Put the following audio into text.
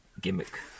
gimmick